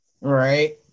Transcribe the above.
Right